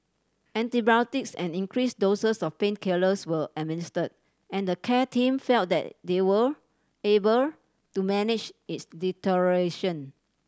antibiotics and increased doses of painkillers were administered and the care team felt that they were able to manage its deterioration